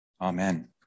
Amen